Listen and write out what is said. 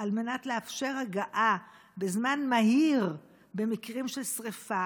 על מנת לאפשר הגעה בזמן מהיר במקרים של שרפה.